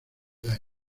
año